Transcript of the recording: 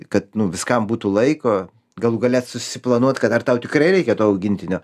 kad nu viskam būtų laiko galų gale susiplanuot kad ar tau tikrai reikia to augintinio